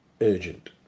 urgent